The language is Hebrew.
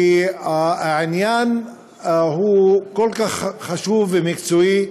כי העניין הוא כל כך חשוב ומקצועי,